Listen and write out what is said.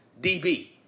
DB